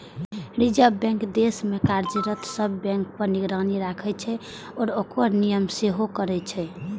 reserve bank देश मे कार्यरत सब बैंक पर निगरानी राखै छै आ ओकर नियमन सेहो करै छै